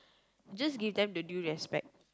just give them the due respect